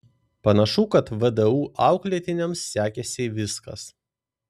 panašu kad vdu auklėtiniams sekėsi viskas